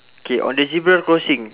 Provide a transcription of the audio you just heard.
K on the zebra crossing